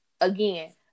Again